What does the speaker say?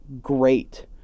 great